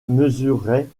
mesurait